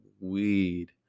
weed